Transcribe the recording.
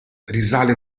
risale